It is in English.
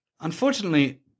Unfortunately